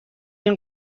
این